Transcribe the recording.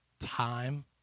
time